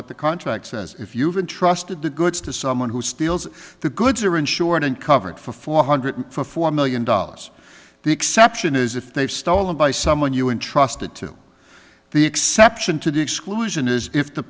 at the contract says if you've been trusted to goods to someone who steals the goods are insured and covered for four hundred four million dollars the exception is if they've stolen by someone you entrusted to the exception to the exclusion is if the